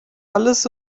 alles